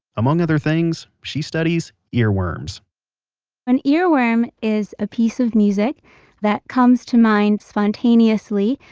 among other things, she studies earworms an earworm is a piece of music that comes to mind spontaneously.